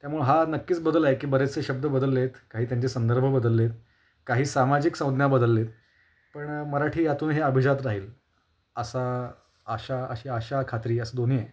त्यामुळं हा नक्कीच बदल आहे की बरेचसे शब्द बदलले आहेत काही त्यांचे संदर्भ बदलले आहेत काही सामाजिक संज्ञा बदलले आहेत पण मराठी यातूनही अभिजात राहील असा आशा अशी आशा खात्री असं दोन्ही आहे